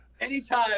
Anytime